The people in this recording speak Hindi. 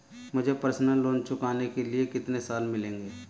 मुझे पर्सनल लोंन चुकाने के लिए कितने साल मिलेंगे?